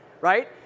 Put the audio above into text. right